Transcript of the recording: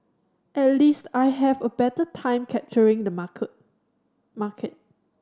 at least I have a better time capturing the marker market